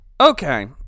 Okay